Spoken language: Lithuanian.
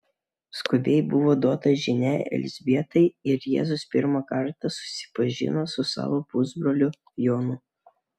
skubiai buvo duota žinia elzbietai ir jėzus pirmą kartą susipažino su savo pusbroliu jonu